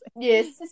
Yes